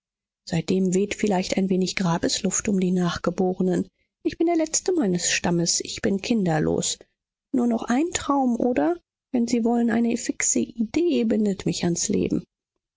seitdem weht vielleicht ein wenig grabesluft um die nachgeborenen ich bin der letzte meines stammes ich bin kinderlos nur noch ein traum oder wenn sie wollen eine fixe idee bindet mich ans leben